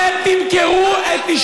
אתה צבוע.